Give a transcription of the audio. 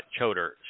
Choder